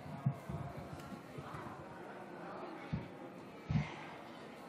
חבר הכנסת אופיר כץ, בבקשה.